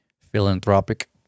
Philanthropic